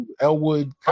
Elwood